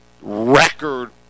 record